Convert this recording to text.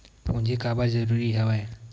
पूंजी काबर जरूरी हवय?